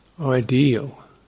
ideal